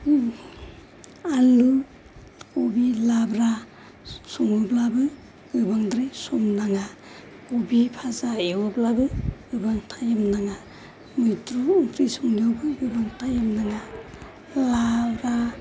आलु खबि लाब्रा सङोब्लाबो गोबांद्राय सम नाङा खबि फाजा एवोब्लाबो गोबां टाइम नाङा मैद्रु ओंख्रि संनायावबो गोबां टाइम नाङा लाब्रा